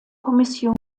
kommission